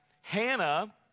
Hannah